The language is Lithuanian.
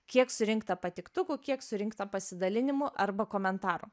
kiek surinkta patiktukų kiek surinkta pasidalinimų arba komentarų